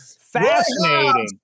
Fascinating